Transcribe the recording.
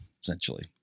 essentially